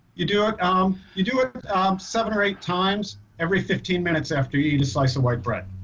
you do ah you do it seven or eight times every fifteen minutes after you eat a slice of white bread.